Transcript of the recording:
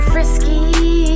Frisky